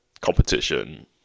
competition